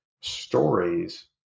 stories